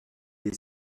les